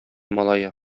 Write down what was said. малае